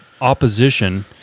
opposition